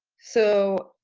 so,